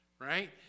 right